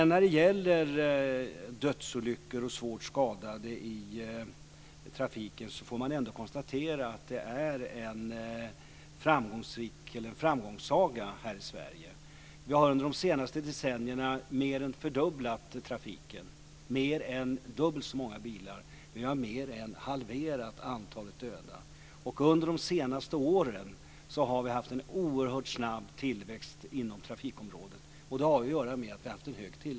När det gäller dödsolyckor och svårt skadade i trafiken måste man ändå konstatera att det har varit en framgångssaga här i Sverige. Under de senaste decennierna har trafiken mer än fördubblats. Det finns mer än dubbelt så många bilar och antalet döda har mer än halverats. Under de senaste åren har det skett en oerhört snabb tillväxt inom trafikområdet.